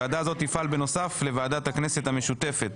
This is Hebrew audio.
ועדה זו תפעל בנוסף לוועדת הכנסת המשותפת.